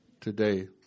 today